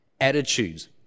attitudes